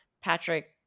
Patrick